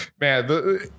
man